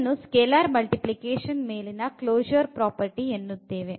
ಇದನ್ನು scalar multiplication ಮೇಲಿನ closure property ಎನ್ನುತ್ತೇವೆ